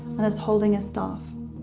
and as holding a staff.